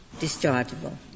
dischargeable